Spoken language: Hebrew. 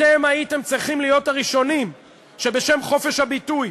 אתם הייתם צריכים להיות הראשונים שבשם חופש הביטוי